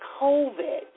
COVID